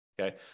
Okay